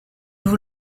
vous